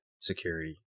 security